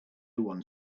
one